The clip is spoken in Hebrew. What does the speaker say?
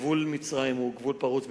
גבול מצרים הוא גבול פרוץ,